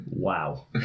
Wow